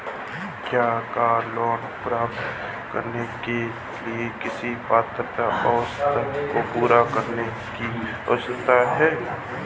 क्या car loan प्राप्त करने के लिए किसी पात्रता आवश्यकता को पूरा करने की आवश्यकता है?